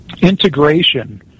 integration